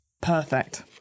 Perfect